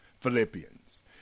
Philippians